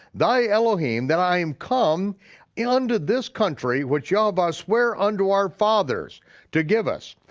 thy elohim, that i am come unto this country, which yehovah swear unto our fathers to give us.